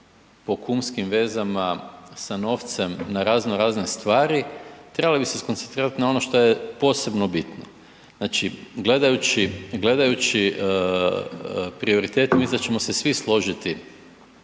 po kumskim vezama sa novcem na raznorazne stvari, trebali bi se skoncentrirati na ono što je posebno bitno. Znači gledajući prioritete, mislim da ćemo se svi složiti